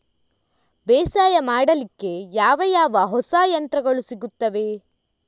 ಬೇಸಾಯ ಮಾಡಲಿಕ್ಕೆ ಯಾವ ಯಾವ ಹೊಸ ಯಂತ್ರಗಳು ಸಿಗುತ್ತವೆ?